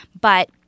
But-